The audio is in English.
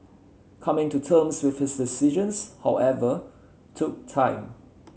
coming to terms with his decisions however took time